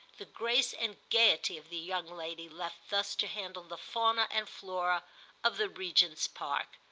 the grace and gaiety of the young lady left thus to handle the fauna and flora of the regent's park.